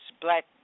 Black